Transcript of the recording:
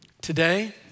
Today